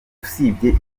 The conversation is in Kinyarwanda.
usibye